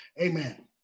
Amen